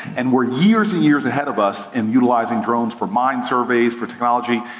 and were years and years ahead of us in utilizing drones for mine surveys, for technology,